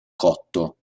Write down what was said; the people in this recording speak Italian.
cotto